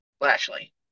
Lashley